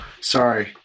Sorry